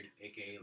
aka